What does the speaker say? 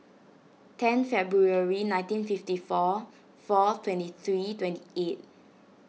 ten February nineteen fifty four four twenty three twenty eight